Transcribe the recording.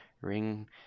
Ring